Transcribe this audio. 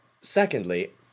Secondly